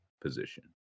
position